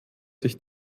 sich